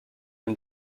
and